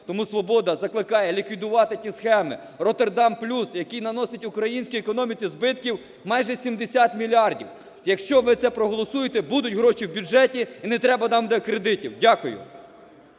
Тому "Свобода" закликає ліквідувати ті схеми, "Роттердам плюс", який наносить українській економіці збитків майже 70 мільярдів. Якщо ви це проголосуєте – будуть гроші в бюджеті і не треба нам тих кредитів. Дякую.